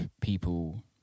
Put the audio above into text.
people